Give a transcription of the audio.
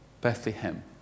Bethlehem